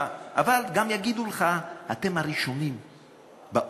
אבל גם יגידו לך: אתם הראשונים בעוני.